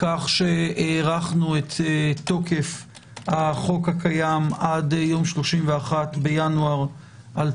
כך שהארכנו את תוקף החוק הקיים עד יום 31 בינואר 2022,